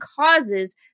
causes